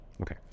Okay